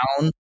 down